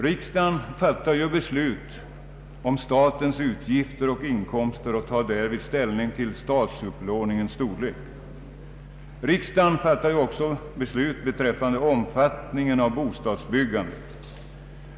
Riksdagen fattar ju beslut om statens utgifter och inkomster och tar därvid ställning till statsupplåningens storlek. Riksdagen fattar också beslut beträffande omfattningen av bostadsbyggandet.